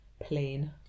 Plain